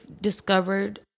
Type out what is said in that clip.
discovered